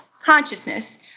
consciousness